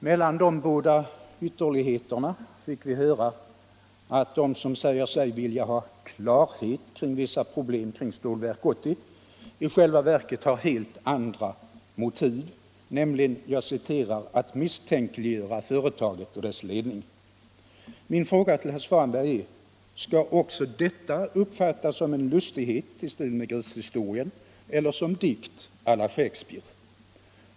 Mellan de båda ytterligheterna fick vi höra att de som säger sig vilja ha klarhet om vissa problem kring Stålverk 80 i själva verket har helt andra motiv, nämligen ”att misstänkliggöra företaget och dess ledning”. Min fråga till herr Svanberg är: Skall också detta uppfattas som en lustighet i stil med grishistorien eller som dikt å la Shakespeare?